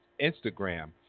Instagram